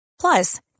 Plus